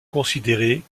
considérées